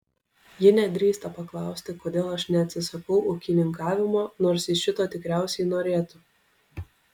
ji nedrįsta paklausti kodėl aš neatsisakau ūkininkavimo nors ji šito tikriausiai norėtų